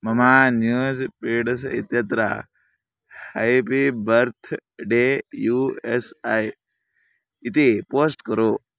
ममा news feeds इत्यत्र happy birthday U S A इति पोस्ट् कुरु